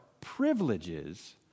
privileges